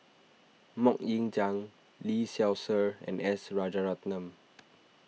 Mok Ying Jang Lee Seow Ser and S Rajaratnam